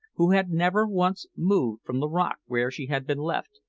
who had never once moved from the rock where she had been left,